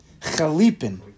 Chalipin